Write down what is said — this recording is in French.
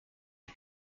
les